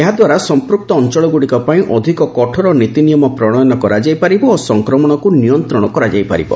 ଏହାଦ୍ୱାରା ସମ୍ପୁକ୍ତ ଅଞ୍ଚଳଗୁଡ଼ିକ ପାଇଁ ଅଧିକ କଠୋର ନୀତିନିୟମ ପ୍ରଶୟନ କରାଯାଇ ପାରିବ ଓ ସଂକ୍ରମଣକ୍ତ ନିୟନ୍ତ୍ରଣ କରାଯାଇ ପାରିବ